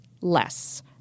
less